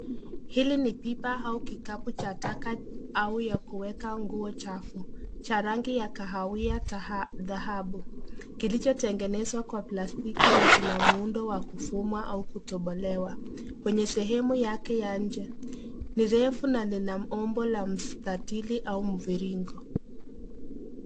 Hili ni pipa au kikapu cha taka au yakuweka nguo chafu. Cha rangi ya kahawia dhahabu. Kilicho tengenezwa kwa plastiki na kina muundo wa kufuma au kutobolewa. Kwenye sehemu yake ya nje, ni refu na lina ombo la mstatili au mviringo.